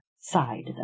side